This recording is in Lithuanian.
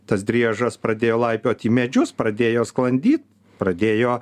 tas driežas pradėjo laipiot į medžius pradėjo sklandyt pradėjo